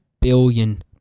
billion